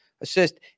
assist